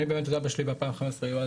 אני באמת את אבא שלי ב- 2015 איבדתי,